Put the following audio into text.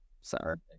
Sorry